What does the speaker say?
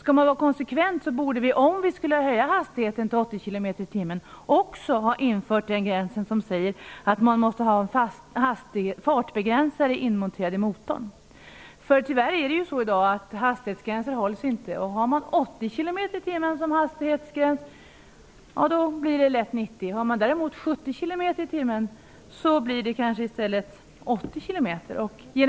Om man skall vara konsekvent bör man också införa regeln om att det måste finnas en fartbegränsare inmonterad i motorn, när hastigheten höjs till 80 km tim. Om gränsen däremot är 70 kanske det blir 80 km/tim i stället.